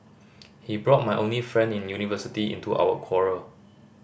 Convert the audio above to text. he brought my only friend in university into our quarrel